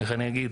איך אני אגיד,